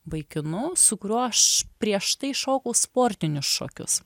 vaikinu su kuriuo aš prieš tai šokau sportinius šokius